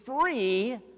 free